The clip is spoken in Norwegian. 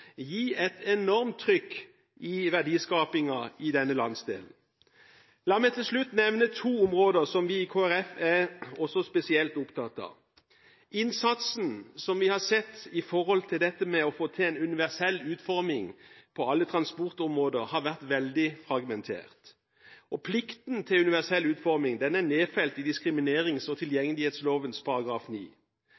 gi et enormt trykk i verdiskapingen i denne landsdelen. La meg til slutt nevnte to områder som vi i Kristelig Folkeparti er spesielt opptatt av. Innsatsen som vi har sett når det gjelder å få til universell utforming på alle transportområder, har vært veldig fragmentert. Plikten til universell utforming er nedfelt i diskriminerings- og